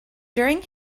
during